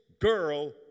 girl